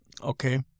Okay